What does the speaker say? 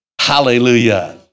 Hallelujah